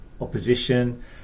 opposition